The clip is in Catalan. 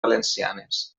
valencianes